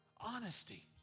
honesty